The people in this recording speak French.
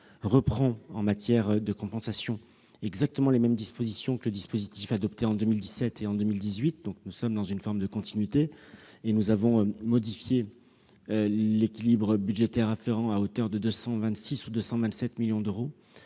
reprend en matière de compensation exactement les dispositions adoptées en 2017 et en 2018-il y a donc une forme de continuité. Nous avons modifié l'équilibre budgétaire afférent à hauteur de 226 ou 227 millions d'euros.